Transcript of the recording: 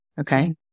Okay